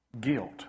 guilt